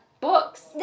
books